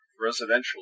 Residential